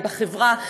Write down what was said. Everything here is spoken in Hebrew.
בחברה,